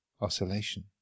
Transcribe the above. oscillation